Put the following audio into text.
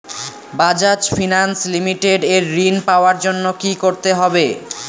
Bajaj finance limited এ ঋন পাওয়ার জন্য কি করতে হবে?